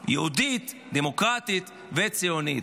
יהודית, דמוקרטית וציונית.